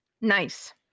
Nice